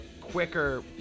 quicker